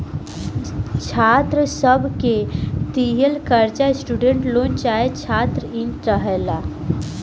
छात्र सब के दिहल कर्जा स्टूडेंट लोन चाहे छात्र इन कहाला